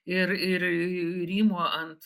ir ir rymo ant